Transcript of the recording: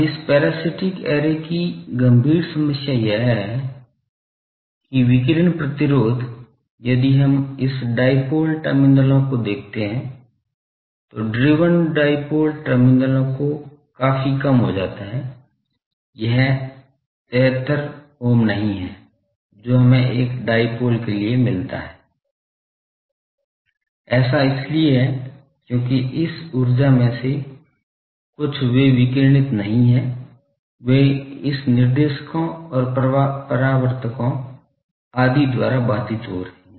अब इस parasitic array की गंभीर समस्या यह है कि विकिरण प्रतिरोध यदि हम इस डाईपोल टर्मिनलों को देखते हैं तो ड्रिवन डाईपोल टर्मिनलों जो काफी कम हो जाता है यह 73 ओम नहीं है जो हमें एक डाईपोल के लिए मिलता है ऐसा इसलिए है क्योंकि इस ऊर्जा में से कुछ वे विकिरणित नहीं हैं वे इस निर्देशकों और परावर्तकों आदि द्वारा बाधित हो रहे हैं